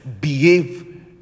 Behave